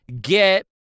get